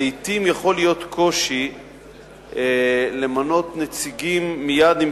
לעתים יכול להיות קושי למנות נציגים מייד עם